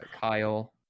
Kyle